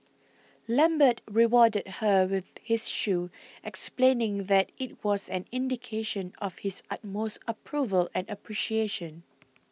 lambert rewarded her with his shoe explaining that it was an indication of his utmost approval and appreciation